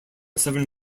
seven